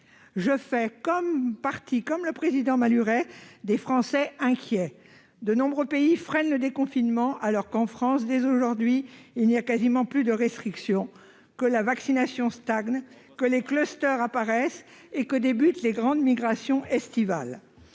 je fais partie des Français inquiets. De nombreux pays freinent leur déconfinement, alors qu'en France, dès aujourd'hui, il n'y a quasi plus de restrictions, que la vaccination stagne, que des clusters apparaissent et que débutent les grandes migrations estivales.